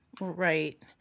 Right